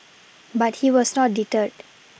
but he was not deterred